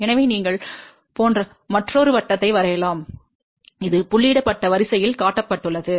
எனவே நீங்கள் போன்ற மற்றொரு வட்டத்தை வரையலாம் இது புள்ளியிடப்பட்ட வரிசையில் காட்டப்பட்டுள்ளது